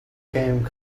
game